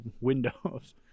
windows